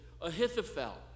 Ahithophel